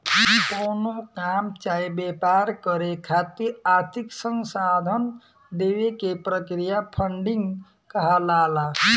कवनो काम चाहे व्यापार करे खातिर आर्थिक संसाधन देवे के क्रिया फंडिंग कहलाला